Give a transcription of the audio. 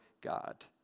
God